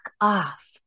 off